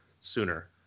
sooner